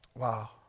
Wow